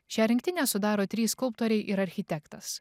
šią rinktinę sudaro trys skulptoriai ir architektas